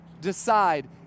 decide